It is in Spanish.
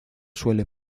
suele